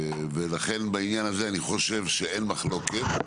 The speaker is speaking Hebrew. לכן בעניין הזה אני חושב שאין מחלוקת.